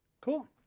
cool